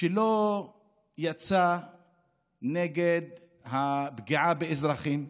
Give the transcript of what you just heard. שלא יצא נגד הפגיעה באזרחים,